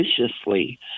viciously